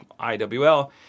IWL